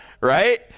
Right